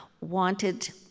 wanted